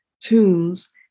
tunes